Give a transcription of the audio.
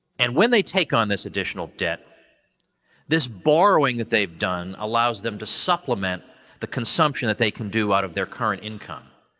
and when they take on this additional debt this borrowing that they've done allows them to supplement the consumption that they can do out of their current income.